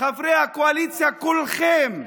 חברי הקואליציה כולכם.